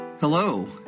Hello